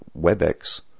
WebEx